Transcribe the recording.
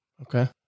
Okay